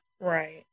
Right